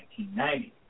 1990